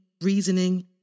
reasoning